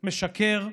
משקר,